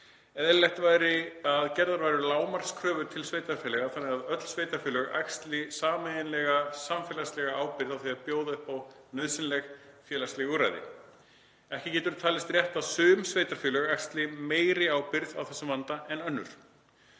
Eðlilegt væri að gerðar væru lágmarkskröfur til sveitarfélaga þannig að öll sveitarfélög axli sameiginlega samfélagslega ábyrgð á því að bjóða upp á nauðsynleg, félagsleg úrræði. Ekki getur talist rétt að sum sveitarfélög axli meiri ábyrgð á þessum vanda en önnur.